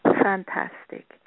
fantastic